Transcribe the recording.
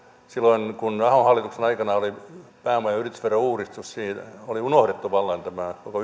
silloin kun ahon hallituksen aikana oli pääoma ja yritysverouudistus niin oli unohdettu vallan tämä koko